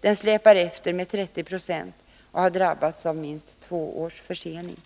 Den släpar efter med 30 26 och har drabbats av minst två års försening,